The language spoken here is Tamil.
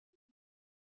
707 Vout Vin